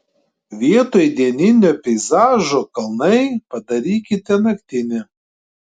vietoj dieninio peizažo kalnai padarykite naktinį